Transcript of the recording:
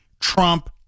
Trump